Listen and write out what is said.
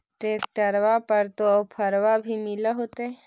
ट्रैक्टरबा पर तो ओफ्फरबा भी मिल होतै?